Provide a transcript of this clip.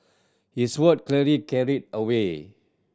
his word clearly carried a weight